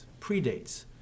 predates